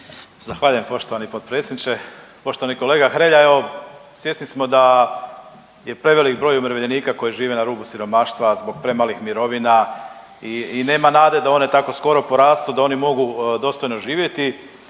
Zahvaljujem poštovani potpredsjedniče. Poštovani kolega Hrelja, evo svjesni smo da je prevelik broj umirovljenika koji žive na rubu siromaštva zbog premalih mirovina i nema nade da one tako skoro porastu da oni mogu dostojno živjeti